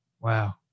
Wow